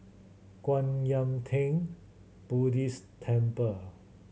Kwan Yam Theng Buddhist Temple